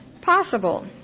possible